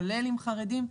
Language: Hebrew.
כולל כאלה עם חרדים.